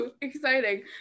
exciting